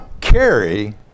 Carry